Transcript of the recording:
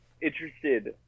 interested